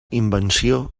invenció